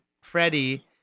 Freddie